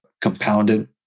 compounded